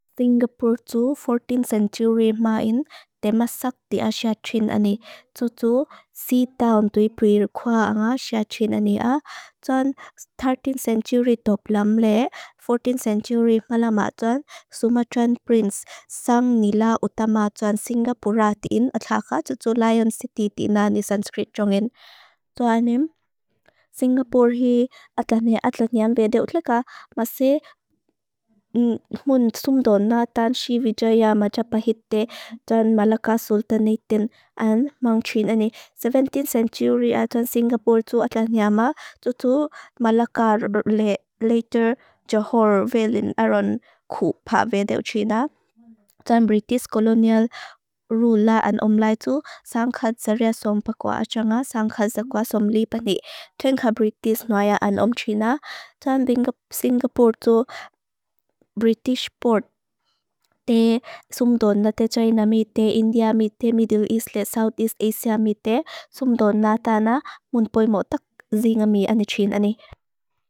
Singapore tu fourteenth century ma in temasak di asiatrin ani. Tu tu sea town tu i prir kwa ang asiatrin ani a. Tuan thirteenth century toplam le, 14th century mala ma tuan, Sumatran prince sang nila utama tuan Singapura din, adhaka tu tu Lion City din na ni Sanskrit jongin. Tuanim, Singapore hi atlat ni atlat niang beda utlaka, masi mun tundon na tan si Vijaya Majapahitte tan Malaka Sultanatin an mang China ni. Seventeenth century tuan Singapura tu atlat niang ma, tu tu Malaka later Johor Velen Arun ku pa beda utrina. Tan British colonial ruler an omlai tu, sang khadzariasom pakwa achanga, sang khadzakwasom lipani, tenka British noaya an omchina. Tuan binga Singapura tu British port, te Sundon na te China mi, te India mi, te Middle East le, South East Asia mi te Sundon na tana, mun poi mo tak zi nga mi anichina ni.